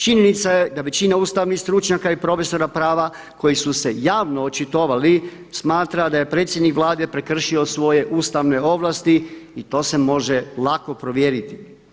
Činjenica je da većina ustavnih stručnjaka i profesora prava koji su se javno očitovali, smatra da je predsjednik Vlade prekršio svoje ustavne ovlasti i to se može lako provjeriti.